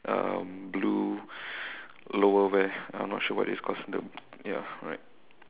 um blue lower wear I'm not sure what it's called the ya right